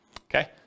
Okay